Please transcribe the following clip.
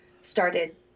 started